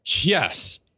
Yes